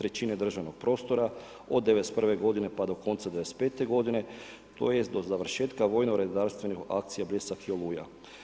3 državnom prostora, o '91. pa do konca '95. godine, tj. do završetka vojno-redarstvene akcije Bljesak i Oluja.